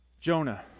Jonah